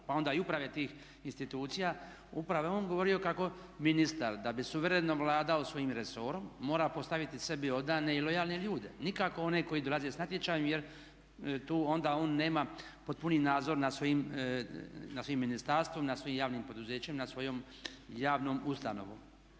pa onda i uprave tih institucija. Upravo je on govorio kako ministar da bi suvereno vladao svojim resorom mora postaviti sebi odane i lojalne ljude, nikako one koji dolaze s natječajem jer tu onda on nema potpuni nadzor nad svojim ministarstvom, nad svojim javnim poduzećem, nad svojom javnom ustanovom.